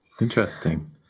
Interesting